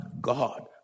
God